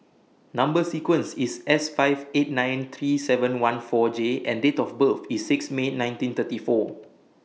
Number sequence IS S five eight nine three seven one four J and Date of birth IS six May nineteen thirty four